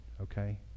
okay